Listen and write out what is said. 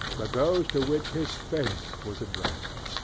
but those to which his face was addressed.